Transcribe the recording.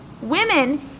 women